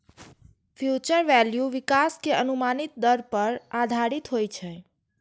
future value विकास के अनुमानित दर पर आधारित होइ छै